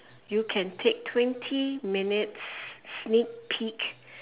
you can take twenty minutes sneak peak